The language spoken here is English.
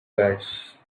guys